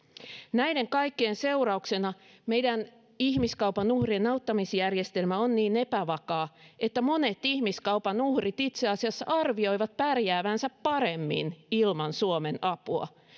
näiden kaikkien seurauksena meidän ihmiskaupan uhrien auttamisjärjestelmä on niin epävakaa että monet ihmiskaupan uhrit itse asiassa arvioivat pärjäävänsä paremmin ilman suomen apua